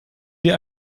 dir